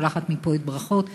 שולחת מפה ברכות,